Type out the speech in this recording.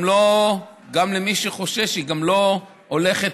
ולמי שחושש, היא גם לא הולכת